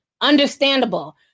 Understandable